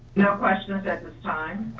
no question is at this time.